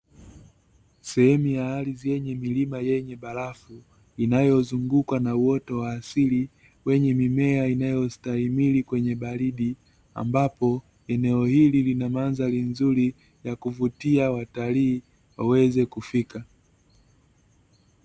Sehemu ya ardhi yenye milima yenye barafu, inayozungukwa na uoto wa asili wenye mimea inayostahimili baridi, ambapo eneo hili lina mandhari zuri ya kuvutia watalii waweze kufika.